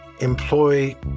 employ